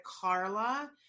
Carla